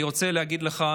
אני רוצה להגיד לך,